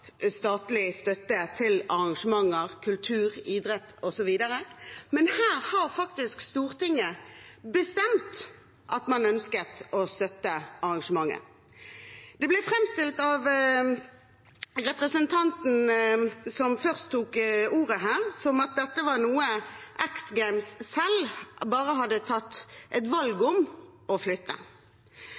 statlig støtte til arrangementer, kultur, idrett og så videre. Men her har faktisk Stortinget bestemt at man ønsket å støtte arrangementet. Det ble framstilt av representanten som først tok ordet her, som at dette var noe X Games selv bare hadde tatt et valg om å flytte.